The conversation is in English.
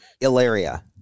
Ilaria